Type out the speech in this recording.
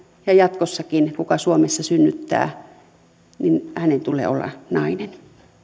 ja jatkossakin kuka suomessa synnyttää hänen tulee olla nainen